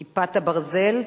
"כיפת הברזל",